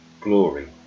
glory